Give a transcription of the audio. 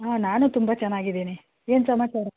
ನಾನೂ ತುಂಬ ಚೆನ್ನಾಗಿದ್ದೀನಿ ಏನು ಸಮಾಚಾರ